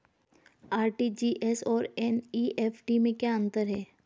RTGS और NEFT में क्या अंतर है?